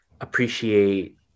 appreciate